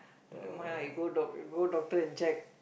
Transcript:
never mind lah you go doc~ you go doctor and check